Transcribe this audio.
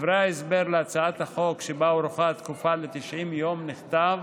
בדברי ההסבר להצעת החוק שבה הוארכה התקופה ל-90 יום נכתב